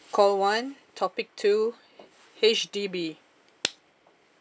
call one topic two H_D_B